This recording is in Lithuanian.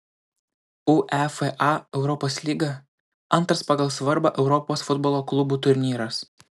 uefa europos lyga antras pagal svarbą europos futbolo klubų turnyras